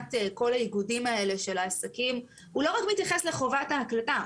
מבחינת כל האיגודים האלה של העסקים הוא לא מתייחס רק לחובת ההקלטה,